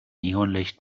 neonlicht